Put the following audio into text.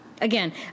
Again